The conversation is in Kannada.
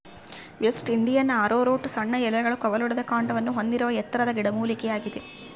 ವೆಸ್ಟ್ ಇಂಡಿಯನ್ ಆರೋರೂಟ್ ಸಣ್ಣ ಎಲೆಗಳು ಕವಲೊಡೆದ ಕಾಂಡವನ್ನು ಹೊಂದಿರುವ ಎತ್ತರದ ಗಿಡಮೂಲಿಕೆಯಾಗಿದೆ